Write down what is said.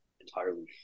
entirely